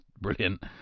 brilliant